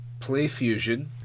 Playfusion